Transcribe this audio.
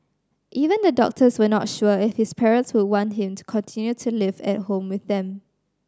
even the doctors were not sure if his parents would want him to continue to live at home with them